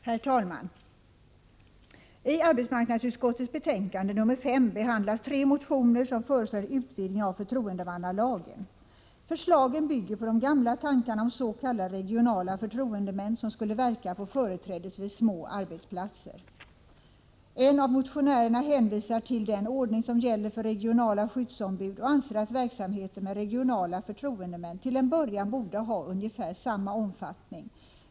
Herr talman! I arbetsmarknadsutskottets betänkande nr 5 behandlas tre motioner som föreslår en utvidgning av förtroendemannalagen. Förslagen bygger på de gamla tankarna om s.k. regionala förtroendemän, som skulle verka på företrädesvis små arbetsplatser. En av motionärerna hänvisar till den ordning som gäller för regionala skyddsombud och anser att verksamheten med regionala förtroendemän till en början borde ha ungefär samma omfattning.